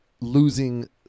losing